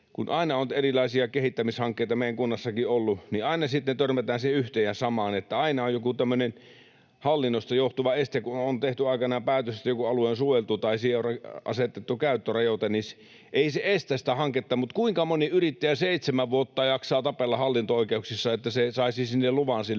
kun on erilaisia kehittämishankkeita meidän kunnassakin ollut, niin aina sitten törmätään siihen yhteen ja samaan, että aina on joku tämmöinen hallinnosta johtuva este. Kun on tehty aikanaan päätös, että joku alue on suojeltu tai siihen on asetettu käyttörajoite, niin ei se estä sitä hanketta, mutta kuinka moni yrittäjä seitsemän vuotta jaksaa tapella hallinto-oikeuksissa, että se saisi sinne luvan sille